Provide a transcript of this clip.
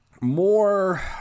more